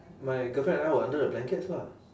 my girlfriend and I were under the blankets lah